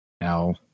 Now